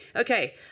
Okay